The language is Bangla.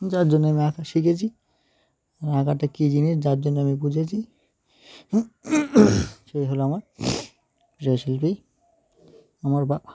যার জন্যে আমি আঁকা শিখেছি আর আঁকাটা কী জিনিস যার জন্য আমি বুঝেছি সেই হলো আমার কিয়াশিল্পী আমার বাবা